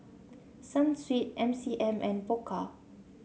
Sunsweet M C M and Pokka